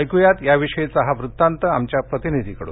ऐकुयात याविषयीचा हा वृत्तांत आमच्या प्रतिनिधीकड्रन